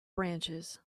branches